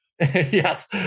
Yes